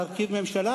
להרכיב ממשלה,